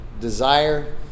desire